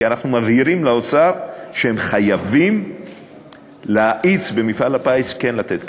כי אנחנו מבהירים לאוצר שהם חייבים להאיץ במפעל הפיס כן לתת כסף.